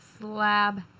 slab